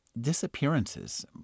disappearances